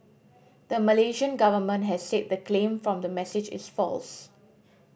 the Malaysian government has said the claim from the message is false